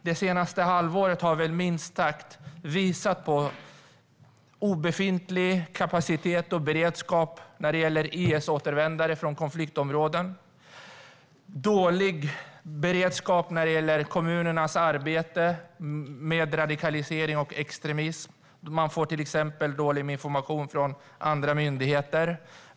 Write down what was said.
Det senaste halvåret har minst sagt visat på obefintlig kapacitet och beredskap när det gäller IS-återvändare från konfliktområden samt på dålig beredskap när det gäller kommunernas arbete mot radikalisering och extremism, till exempel dålig information från andra myndigheter.